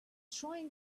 trying